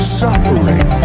suffering